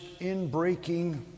inbreaking